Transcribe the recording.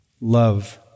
love